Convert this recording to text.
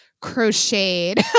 crocheted